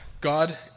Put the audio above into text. God